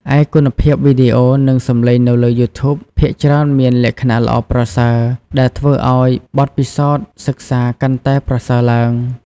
ឯគុណភាពវីដេអូ និងសំឡេងនៅលើ យូធូប ភាគច្រើនមានលក្ខណៈល្អប្រសើរ ដែលធ្វើឲ្យបទពិសោធន៍សិក្សាកាន់តែប្រសើរឡើង។